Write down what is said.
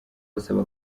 basaba